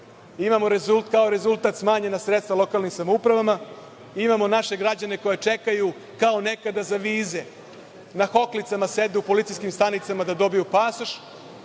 imamo kao rezultat smanjena sredstva lokalnim samoupravama, imamo naše građane koji čekaju kao nekada za vize, na hoklicama sede u policijskim stranicama da dobiju pasoš,